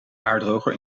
haardroger